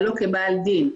אבל לא כבעל דין.